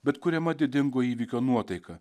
bet kuriama didingo įvykio nuotaika